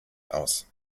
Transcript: aus